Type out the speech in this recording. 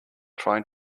trying